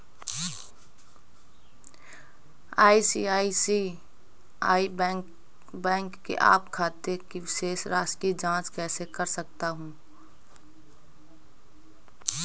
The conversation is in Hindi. मैं आई.सी.आई.सी.आई बैंक के अपने खाते की शेष राशि की जाँच कैसे कर सकता हूँ?